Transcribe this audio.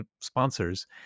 sponsors